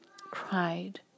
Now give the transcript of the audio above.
cried